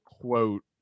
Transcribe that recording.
quote